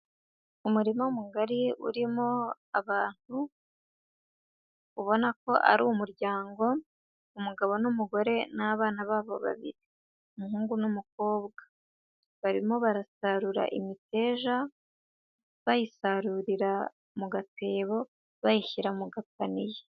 Umurima mugari urimo abantu ubona ko ari umuryango, umugabo n'umugore n'abana babo babiri umuhungu n'umukobwa, barimo barasarura imiteja bayisarurira mu gatebo bayishyira mu gapaniye.